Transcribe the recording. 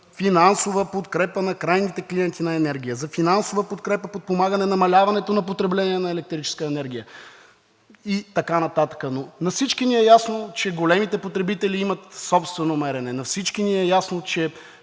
финансова подкрепа на крайните клиенти на енергия, за финансова подкрепа за подпомагане намаляването на потребление на електрическа енергия“ и така нататък, но на всички ни е ясно, че големите потребители имат собствено мерене, на всички ни е ясно, че